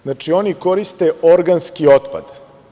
Znači, oni koriste organski otpad.